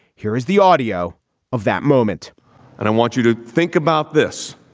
here is the audio of that moment and i want you to think about this.